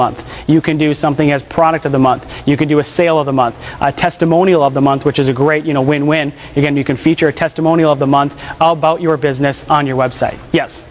month you can do something as product of the month you can do a sale of the month testimonial of the month which is a great you know when when you can you can feature a testimonial of the month about your business on your website yes